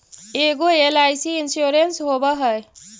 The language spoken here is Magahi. ऐगो एल.आई.सी इंश्योरेंस होव है?